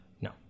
No